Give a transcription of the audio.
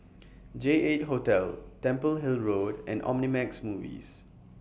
J eight Hotel Temple Hill Road and Omnimax Movies